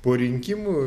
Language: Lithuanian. po rinkimų